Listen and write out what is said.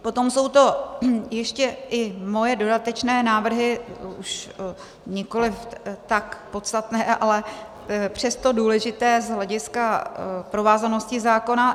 Potom jsou to ještě i moje dodatečné návrhy, už nikoliv tak podstatné, ale přesto důležité z hlediska provázanosti zákona.